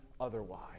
otherwise